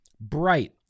bright